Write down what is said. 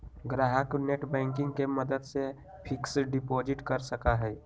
ग्राहक नेटबैंकिंग के मदद से फिक्स्ड डिपाजिट कर सका हई